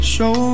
Show